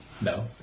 No